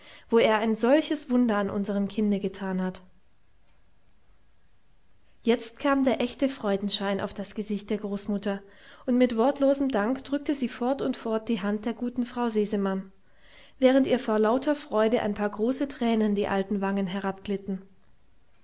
wo er ein solches wunder an unserem kinde getan hat jetzt kam der echte freudenschein auf das gesicht der großmutter und mit wortlosem dank drückte sie fort und fort die hand der guten frau sesemann während ihr vor lauter freude ein paar große tränen die alten wangen